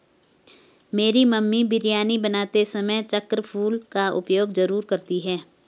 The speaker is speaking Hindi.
मेरी मम्मी बिरयानी बनाते समय चक्र फूल का उपयोग जरूर करती हैं